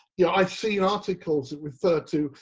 yeah, i've seen articles that refer to,